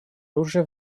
оружие